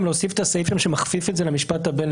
גם להוסיף את הסעיף שמכפיף את זה למשפט הבין-לאומי?